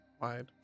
Wide